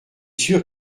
sûr